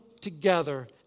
together